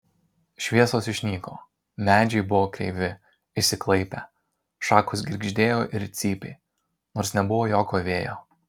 šviesos išnyko medžiai buvo kreivi išsiklaipę šakos girgždėjo ir cypė nors nebuvo jokio vėjo